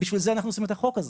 לכן אנחנו מקדמים את החוק הזה.